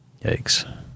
Yikes